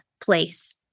place